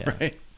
right